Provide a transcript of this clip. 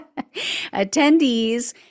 Attendees